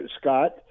Scott